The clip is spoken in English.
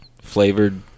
flavored